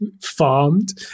farmed